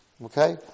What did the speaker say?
Okay